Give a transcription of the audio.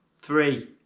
three